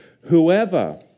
Whoever